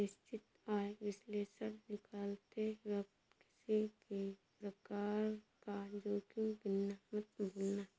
निश्चित आय विश्लेषण निकालते वक्त किसी भी प्रकार का जोखिम गिनना मत भूलना